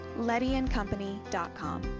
Lettyandcompany.com